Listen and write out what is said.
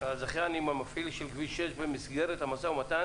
הזכיין עם המפעיל של כביש 6 במסגרת משא ומתן